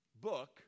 book